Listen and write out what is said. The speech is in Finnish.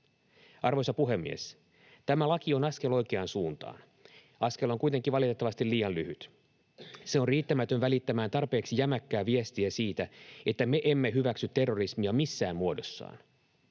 Arvoisa puhemies! Tämä laki on askel oikeaan suuntaan. Askel on kuitenkin valitettavasti liian lyhyt. Se on riittämätön välittämään tarpeeksi jämäkkää viestiä siitä, että me emme hyväksy terrorismia missään muodossaan.